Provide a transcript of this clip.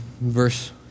verse